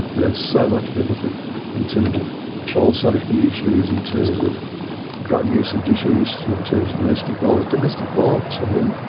it has so much benefit in terms of child safety issues, in terms of drug usage issues, in terms of domestic violence. domestic violence, i mean,